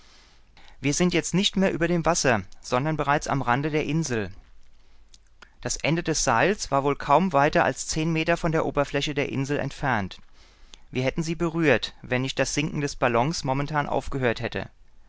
wir sind nicht mehr über dem wasser sondern bereits am rande der insel das ende des seils war wohl kaum weiter als zehn meter von der oberfläche der insel entfernt wir hätten sie berührt wenn nicht das sinken des ballons momentan aufgehört hätte